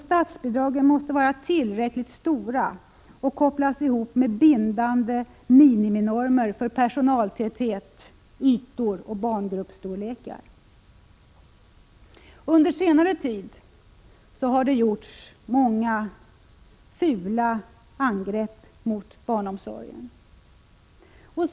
Statsbidragen måste vara tillräckligt stora och kopplas ihop med bindande miniminormer för personaltäthet, ytor och barngruppsstorlekar. Under senare tid har många fula angrepp gjorts mot barnomsorgen.